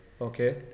Okay